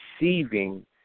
receiving